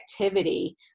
activity